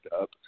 up